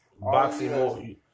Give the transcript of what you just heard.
Boxing